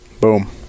boom